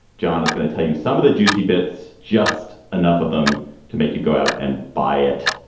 john is going to tell you some of the juicy bits, just enough of them to make you go out and buy it.